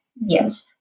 yes